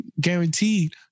guaranteed